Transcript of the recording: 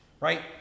right